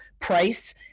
price